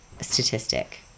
statistic